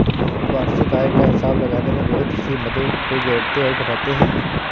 वार्षिक आय का हिसाब लगाने में बहुत सी मदों को जोड़ते और घटाते है